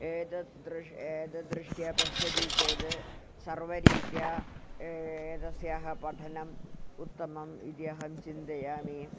एतद् दृश् एतद् दृष्ट्या पश्यति चेद् सर्वरीत्या एतस्याः पठनम् उत्तमम् इति अहं चिन्तयामि